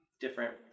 different